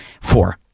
four